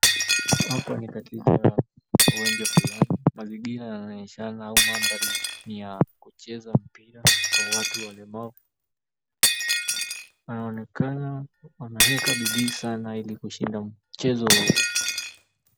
Hapa ni katika uwanja fulani, mazingira yanaonyeshana au mandhari ya kucheza mpira kwa watu walemavu. Wanaonekana wanaeka bidii sana ili kushinda mchezo huu.